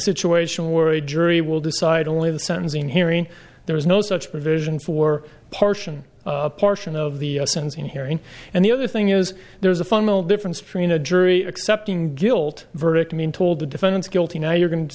situation where a jury will decide only the sentencing hearing there is no such provision for parchin portion of the sentencing hearing and the other thing is there's a fundamental difference between a jury accepting guilt verdict mean told the defendant's guilty now you're going to